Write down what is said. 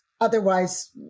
Otherwise